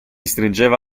stringeva